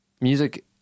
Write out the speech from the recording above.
Music